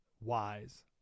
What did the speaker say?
wise